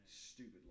Stupid